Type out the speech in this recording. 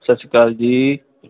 ਸਤਿ ਸ਼੍ਰੀ ਅਕਾਲ ਜੀ